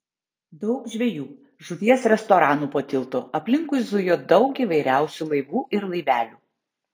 daug žvejų žuvies restoranų po tiltu aplinkui zujo daug įvairiausių laivų ir laivelių